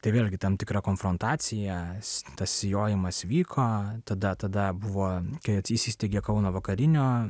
tai vėlgi tam tikra konfrontacija si tas sijojimas vyko tada tada buvo kai įsisteigė kauno vakarinio